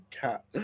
cat